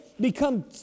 Become